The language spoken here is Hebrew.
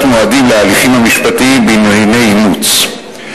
מועדים להליכים המשפטיים בענייני אימוץ.